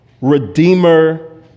redeemer